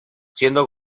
siendo